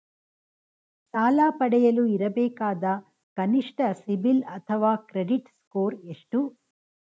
ಸಾಲ ಪಡೆಯಲು ಇರಬೇಕಾದ ಕನಿಷ್ಠ ಸಿಬಿಲ್ ಅಥವಾ ಕ್ರೆಡಿಟ್ ಸ್ಕೋರ್ ಎಷ್ಟು?